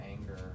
anger